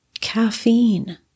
Caffeine